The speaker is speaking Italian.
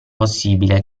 possibile